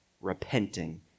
repenting